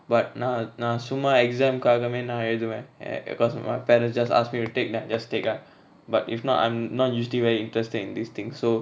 but நா நா சும்மா:na na summa exam காகமே நா எழுதுவ:kaakame na eluthuva err because of my parents just ask me to take then I just take lah but if not I'm not usually very interested in these things so